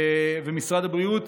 ומשרד הבריאות